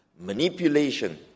manipulation